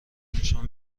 نشان